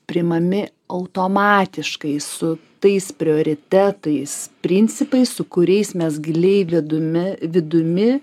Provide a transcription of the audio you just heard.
priimami automatiškai su tais prioritetais principais su kuriais mes giliai vidumi vidumi